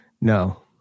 No